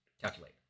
Calculate